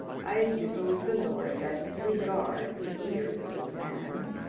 i suppose the lord doesn't regard the ears of a man,